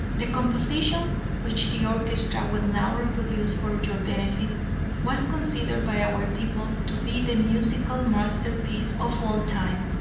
the composition which the orchestra will now reproduce for your benefit was considered by our people to be the musical masterpiece of all time.